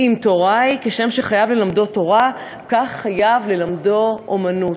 כשם שחייב ללמדו תורה, כך חייב ללמדו אומנות.